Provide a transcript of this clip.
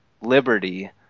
Liberty